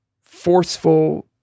forceful